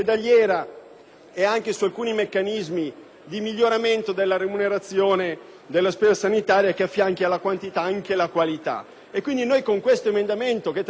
e anche su alcuni meccanismi di miglioramento della remunerazione della spesa sanitaria che affianchi alla quantità anche la qualità.